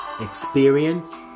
experience